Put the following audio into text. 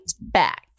back